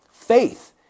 Faith